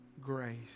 grace